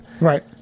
right